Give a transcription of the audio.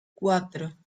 cuatro